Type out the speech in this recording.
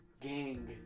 gang